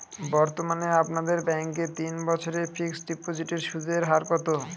বর্তমানে আপনাদের ব্যাঙ্কে তিন বছরের ফিক্সট ডিপোজিটের সুদের হার কত?